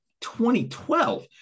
2012